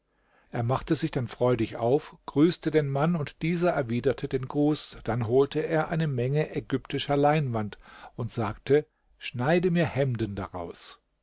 er machte sich dann freudig auf grüßte den mann und dieser erwiderte den gruß dann holte er eine menge ägyptischer leinwand und sagte schneide mir hemden daraus